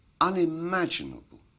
unimaginable